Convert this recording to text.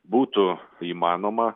būtų įmanoma